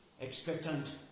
Expectant